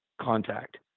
contact